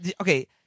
okay